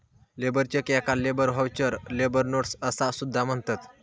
labour cheque याका labour voucher, labour notes असा सुद्धा म्हणतत